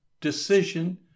decision